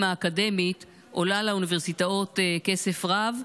האקדמית עולה לאוניברסיטאות כסף רב,